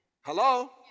Hello